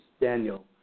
Daniel